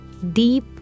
deep